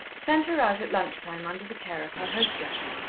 sent her out at lunch-time under the care of her hostess.